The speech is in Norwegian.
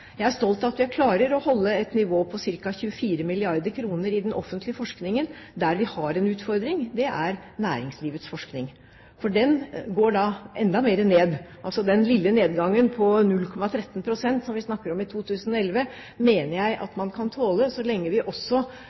Jeg er stolt av at vi klarer å holde et nivå på ca. 24 mrd. kr i den offentlige forskningen. Der vi har en utfordring, er innenfor næringslivets forskning, for den går da enda mer ned. Den lille nedgangen på 0,13 pst. som vi snakker om i 2011, mener jeg at man kan tåle så lenge vi også